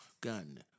gun